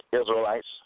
Israelites